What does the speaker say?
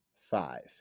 five